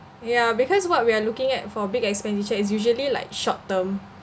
ya because what we are looking at for big expenditure is usually like short term